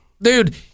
Dude